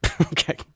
Okay